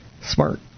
Smart